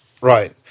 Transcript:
Right